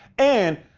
and,